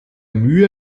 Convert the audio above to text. mühe